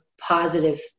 positive